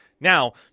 Now